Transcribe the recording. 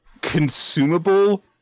consumable